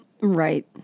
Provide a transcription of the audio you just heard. Right